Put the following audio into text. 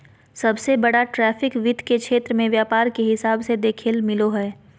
सबसे बड़ा ट्रैफिक वित्त के क्षेत्र मे व्यापार के हिसाब से देखेल मिलो हय